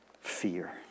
fear